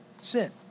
sin